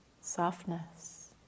softness